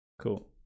cool